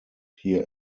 here